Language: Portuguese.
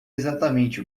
exatamente